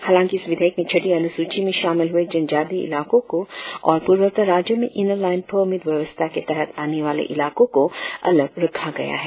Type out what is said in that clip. हालांकि इस विधेयक में छठी अनुसूची में शामिल कुछ जनजातीय इलाकों को और पूर्वोत्तर राज्यों में इनर लाइन परमिट व्यवस्था के तहत आने वाले इलाकों को अलग रखा गया है